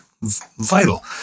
Vital